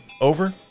Over